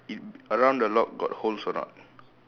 it around the lock got holes or not